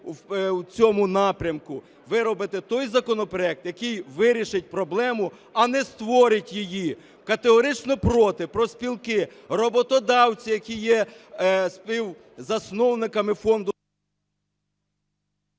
в цьому напрямку, виробити той законопроект, який вирішить проблему, а не створить її. Категорично проти профспілки, роботодавці, які є співзасновниками фонду…